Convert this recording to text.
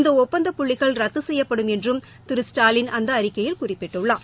இந்த ஒப்பந்தப்புள்ளிகள் ரத்து செய்யப்படும் என்றும் திரு ஸ்டாலின் அந்த அறிக்கையில் குறிப்பிட்டுள்ளார்